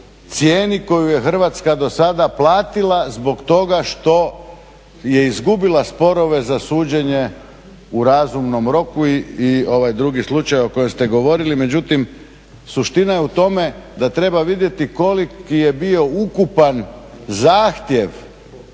cijeni koju je Hrvatska do sada platila zbog toga što je izgubila sporove za suđenje u razumnom roku i drugi slučaj o kojem ste govorili. Međutim, suština je u tome da treba vidjeti koliki je bio ukupan zahtjev